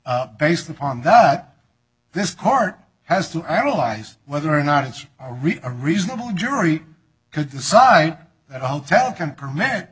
and based upon that this court has to analyze whether or not it's a really a reasonable jury could decide that a hotel can permit